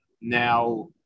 Now